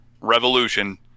Revolution